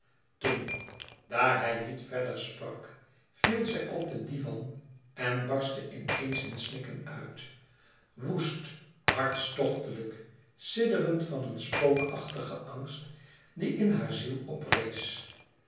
toen daar hij niet verder sprak viel zij op den divan en barstte in eens in snikken uit woest hartstochtelijk sidderend van een spookachtigen angst die in hare ziel oprees